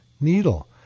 needle